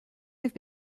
have